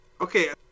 Okay